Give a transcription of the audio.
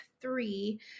three